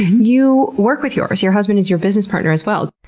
you work with yours. your husband is your business partner, as well.